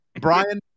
Brian